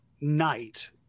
night